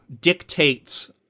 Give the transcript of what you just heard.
dictates